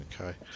Okay